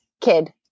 kid